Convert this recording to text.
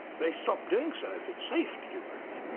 they stop doing so if it's safe to do that.